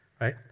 right